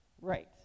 right